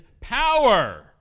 power